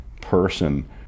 person